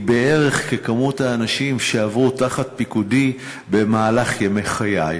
היא בערך ככמות האנשים שעברו תחת פיקודי במהלך ימי חיי.